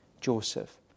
Joseph